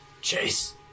Chase